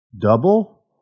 Double